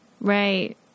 Right